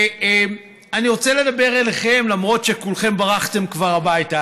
אני רוצה לדבר אליכם למרות שכולכם ברחתם כבר הביתה,